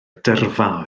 dyrfa